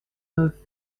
neuf